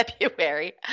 February